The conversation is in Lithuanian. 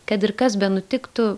kad ir kas benutiktų